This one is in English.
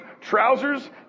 trousers